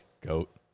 Goat